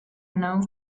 know